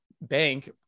bank